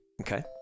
Okay